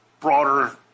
broader